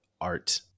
art